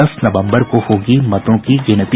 दस नवंबर को होगी मतों की गिनती